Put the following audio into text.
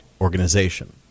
organization